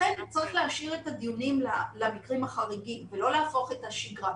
לכן צריך להשאיר את הדיונים למקרים החריגים ולא להפוך את השגרה,